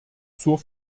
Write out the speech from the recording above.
zur